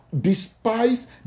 despise